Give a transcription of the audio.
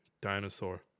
dinosaur